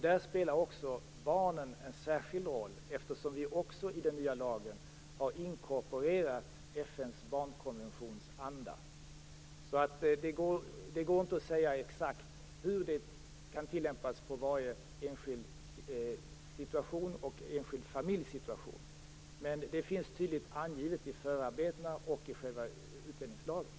Där spelar barnen en särskild roll, eftersom vi i den nya lagen har inkorporerat FN:s barnkonventions anda. Det går inte att säga exakt hur det kan tillämpas på varje enskild situation eller varje enskild familjs situation, men detta är tydligt angivet i förarbetena och i utlänningslagen som sådan.